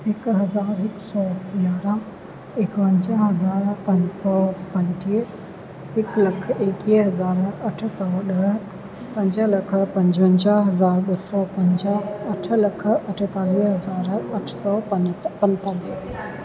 हिकु हज़ारु हिकु सौ यारहां एकवंजाह हज़ार पंज सौ पंजटीह हिकु लख एक्वीह हज़ार अठ सौ ॾह पंज लख पंजवंजाह हज़ार ॿ सौ पंजाह अठ लख अठेतालीह हज़ार अठ सौ पं पंजेतालीह